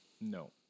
No